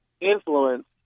influence